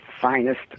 finest